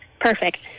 perfect